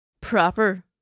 proper